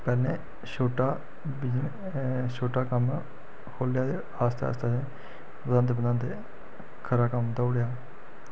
कन्नै छोटा बिजनस छोटा कम्म खोलेआ ते आस्ता आस्ता बधांदे बधांदे खरा कम्म देई ओड़ेआ